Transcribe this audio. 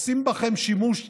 עושים בכם שימוש ציני.